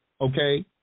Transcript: okay